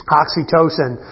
oxytocin